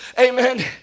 amen